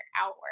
outward